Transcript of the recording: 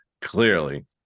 Clearly